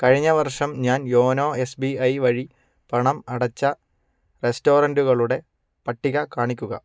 കഴിഞ്ഞ വർഷം ഞാൻ യോനോ എസ്ബിഐ വഴി പണം അടച്ച റെസ്റ്റോറൻറ്റുകളുടെ പട്ടിക കാണിക്കുക